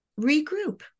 regroup